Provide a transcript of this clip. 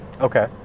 Okay